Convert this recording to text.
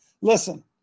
Listen